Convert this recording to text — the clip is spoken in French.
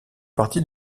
partie